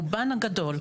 רובן הגדול,